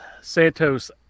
Santos